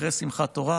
אחרי שמחת תורה,